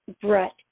Brett